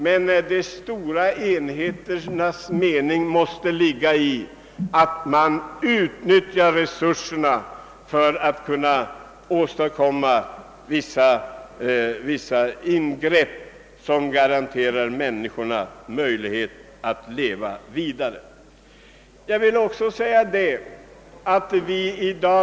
Men de stora enheternas mening måste ligga i att man utnyttjar resurserna för att åstadkomma vissa ingrepp som garanterar människorna möjlighet att leva vidare.